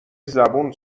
زبون